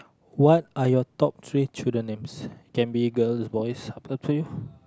what are your top three children names can be a girl or boys up to you